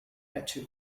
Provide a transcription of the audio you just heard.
better